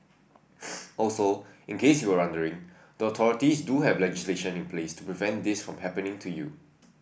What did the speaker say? also in case you were wondering the authorities do have legislation in place to prevent this from happening to you